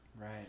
right